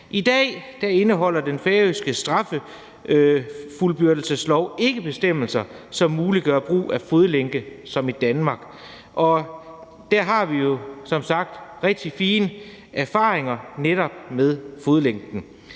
I dag indeholder den færøske straffuldbyrdelseslov ikke bestemmelser, som muliggør brug af fodlænke som i Danmark, og der har vi jo som sagt rigtig fine erfaringer netop med fodlænken.